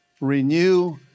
renew